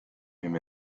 him